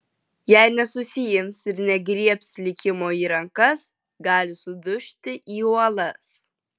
jei nesusiims ir negriebs likimo į rankas gali sudužti į uolas